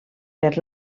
per